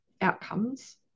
outcomes